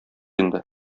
инде